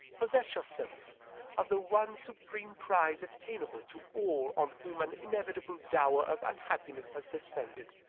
possess yourself of the one supreme prize attainable to all on whom an inevitable dower of unhappiness has descended.